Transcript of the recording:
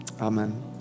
amen